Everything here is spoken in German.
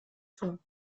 tun